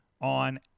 on